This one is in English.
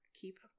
keep